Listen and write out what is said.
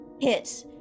hit